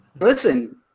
Listen